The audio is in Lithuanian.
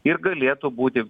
ir galėtų būti